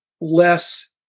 less